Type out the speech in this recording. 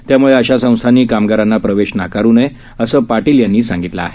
त्याम्ळे अशा संस्थांनी कामगारांना प्रवेश नाकारु नयेअसं पाटील यांनी सांगितलं आहे